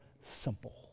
simple